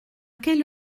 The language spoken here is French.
quelle